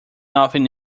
nothing